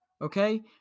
Okay